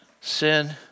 sin